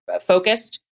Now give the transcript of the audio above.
focused